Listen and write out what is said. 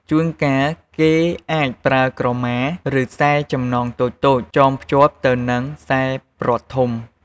ជួនកាល គេអាចប្រើក្រមា ឬខ្សែចំណងតូចៗចងភ្ជាប់ទៅនឹងខ្សែព្រ័ត្រធំ។